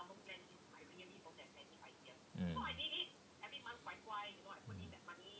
mm